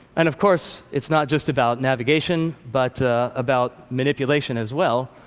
and, of course, it's not just about navigation, but about manipulation as well.